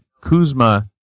Kuzma